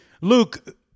Luke